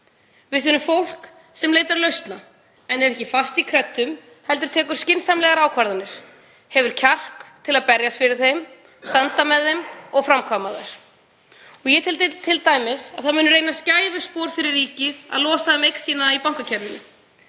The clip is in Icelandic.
Við þurfum fólk sem leitar lausna, er ekki fast í kreddum heldur tekur skynsamlegar ákvarðanir, hefur kjark til að berjast fyrir þeim, standa með þeim og framkvæma. Ég tel t.d. að það muni reynast gæfuspor fyrir ríkið að losa um eign sína í bankakerfinu,